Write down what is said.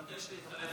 אני מבקש להתחלף